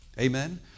Amen